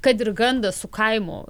kad ir gandas su kaimu